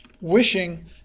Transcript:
wishing